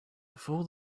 before